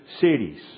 cities